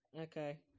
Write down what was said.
Okay